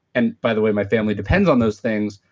and by the way, my family depends on those things.